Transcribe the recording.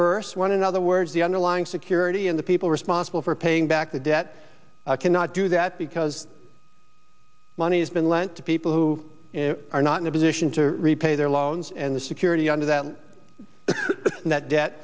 burst one in other words the underlying security in the people responsible for paying back the debt cannot do that because money has been lent to people who are not in a position to repay their loans and the security under that that